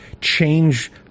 change